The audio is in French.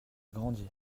grandi